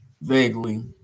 Vaguely